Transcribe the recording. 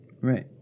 Right